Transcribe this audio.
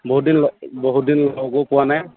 বহুত দিন লগ বহুত দিন লগো পোৱা নাই